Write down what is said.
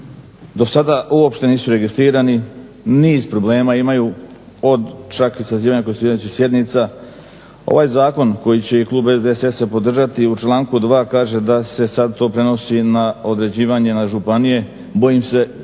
do sada uopšte nisu registrirani, niz problema imaju od čak i sazivanja konstituirajućih sjednica. Ovaj Zakon koji će i klub SDSS-a podržati u članku 2. kaže da se sad to prenosi na određivanje na županije. Bojim se